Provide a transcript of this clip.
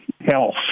health